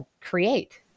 create